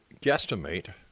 guesstimate